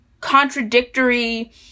contradictory